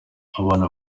abana